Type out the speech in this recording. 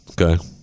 okay